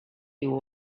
you